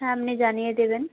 হ্যাঁ আপনি জানিয়ে দেবেন